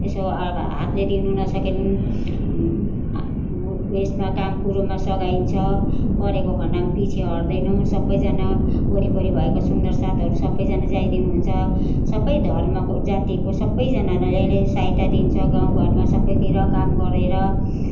यसो हातले दिनु नसके पनि उएसमा काम कुरोमा सघाइन्छ परेको खण्डमा पिछे हट्दैनौँ सबैजना वरिपरि भएको सुन्दर साथहरू सबैजना जाइ दिनुहुन्छ सबै धर्मको जातिको सबैजनालाई सहायता दिन्छ गाउँघर सबैतिर काम गरेर